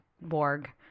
Borg